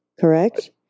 correct